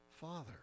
father